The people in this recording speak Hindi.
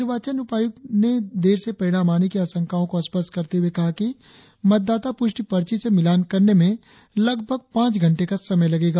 निर्वाचन उपायुक्त ने देर से परिणाम आने की आशंकाओं को स्पष्ट करते हुए कहा कि मतदाता पुष्टि पर्ची से मिलान करने में लगभग पांच घंटे का समय लगेगा